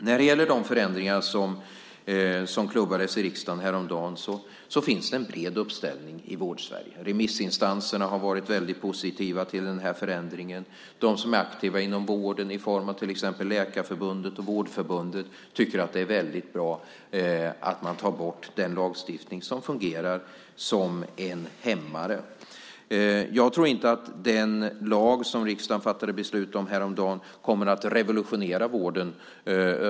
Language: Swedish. När det gäller de förändringar som häromdagen klubbades igenom här i riksdagen finns det en bred uppställning i Vård-Sverige. Remissinstanserna har varit väldigt positiva till den här förändringen. De som är aktiva inom vården i form av till exempel Läkarförbundet och Vårdförbundet tycker att det är väldigt bra att man tar bort en lagstiftning som fungerar som en hämmare. Jag tror inte att den lag som riksdagen häromdagen beslutade om över en natt kommer att revolutionera vården.